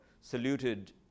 saluted